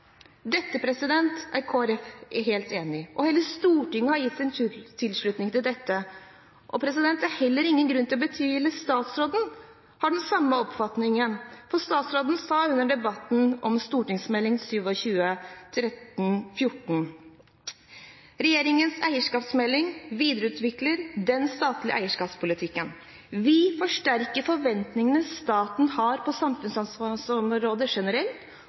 er Kristelig Folkeparti helt enig i, og hele Stortinget har gitt sin tilslutning til dette. Det er heller ingen grunn til å betvile at statsråden har den samme oppfatningen, for statsråden sa under debatten om denne stortingsmeldingen: «Regjeringens eierskapsmelding videreutvikler den statlige eierskapspolitikken. Vi forsterker forventningene staten har på samfunnsansvarsområdet generelt,